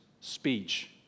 speech